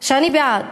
ואני בעד,